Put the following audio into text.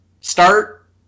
Start